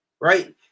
right